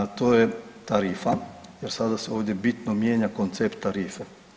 To je tarifa jer sada se ovdje bitno mijenja koncept tarife.